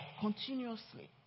continuously